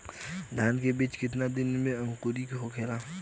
धान के बिज कितना दिन में अंकुरित होखेला?